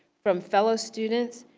from fellow students,